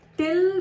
till